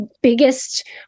biggest